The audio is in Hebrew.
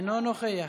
אינו נוכח.